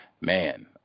Man